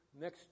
next